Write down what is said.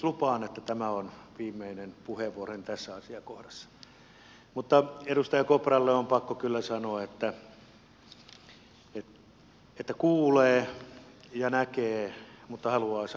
lupaan että tämä on viimeinen puheenvuoroni tässä asiakohdassa mutta edustaja kopralle on pakko kyllä sanoa että kuulee ja näkee mutta haluaa sanoa toista